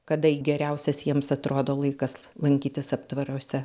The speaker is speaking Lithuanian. kada geriausias jiems atrodo laikas lankytis aptvaruose